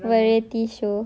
variety show